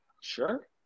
Sure